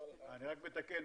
אתקן